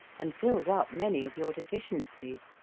and fills up many of your deficiencies.